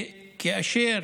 וכאשר